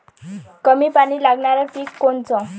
कमी पानी लागनारं पिक कोनचं?